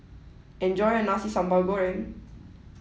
enjoy your Nasi Sambal Goreng